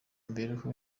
imibereho